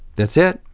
that's it.